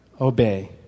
Obey